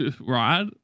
right